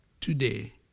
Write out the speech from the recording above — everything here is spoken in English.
today